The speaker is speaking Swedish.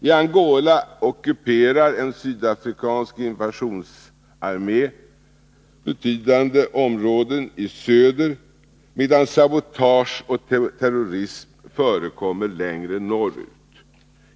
I Angola ockuperar en sydafrikansk invasionsarmé betydande områden i söder, medan sabotage och terrorism förekommer längre norrut.